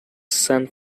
san